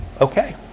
okay